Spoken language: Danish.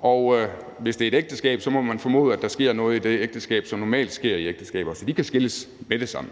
og hvis det er et ægteskab, må man formode, at der sker noget i det ægteskab, som normalt sker i ægteskaber, så de kan skilles med det samme.